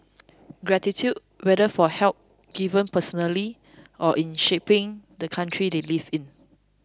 gratitude whether for help given personally or in shaping the country they live in